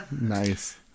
nice